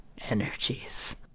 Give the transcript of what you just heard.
energies